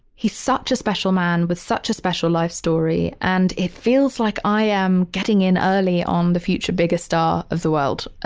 he's such a special man with such a special life story, and it feels like i am getting in early on the future biggest star of the world.